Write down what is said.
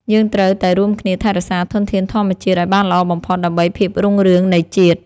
យើងត្រូវតែរួមគ្នាថែរក្សាធនធានធម្មជាតិឱ្យបានល្អបំផុតដើម្បីភាពរុងរឿងនៃជាតិ។យើងត្រូវតែរួមគ្នាថែរក្សាធនធានធម្មជាតិឱ្យបានល្អបំផុតដើម្បីភាពរុងរឿងនៃជាតិ។